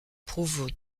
prouve